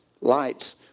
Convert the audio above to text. Lights